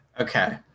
Okay